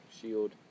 shield